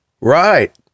right